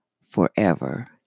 Forever